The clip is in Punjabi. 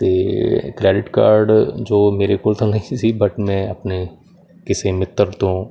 ਅਤੇ ਕਰੈਡਿਟ ਕਾਰਡ ਜੋ ਮੇਰੇ ਕੋਲ ਤਾਂ ਨਹੀਂ ਸੀ ਬਟ ਮੈਂ ਆਪਣੇ ਕਿਸੇ ਮਿੱਤਰ ਤੋਂ